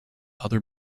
other